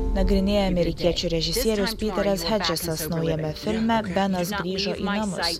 nagrinėja amerikiečių režisierius pyteris hedžesas naujame filme benas rįžo į namus